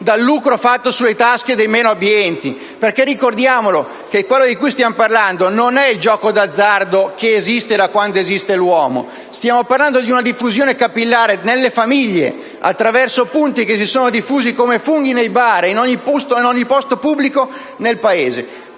dal lucro fatto sulle tasche dei meno abbienti, perché ricordiamo che ciò di cui stiamo parlando non è il gioco d'azzardo, che esiste da quando esiste l'uomo. Stiamo parlando di una diffusione capillare nelle famiglie, attraverso punti di gioco che si sono diffusi come funghi nei bar e in ogni luogo pubblico nel Paese.